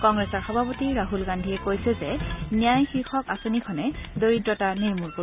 কংগ্ৰেছ সভাপতি ৰাহুল গান্ধীয়ে কৈছে যে ন্যায় শীৰ্ষক আঁচনিখনে দৰিদ্ৰতা নিৰ্মল কৰিব